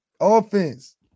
Offense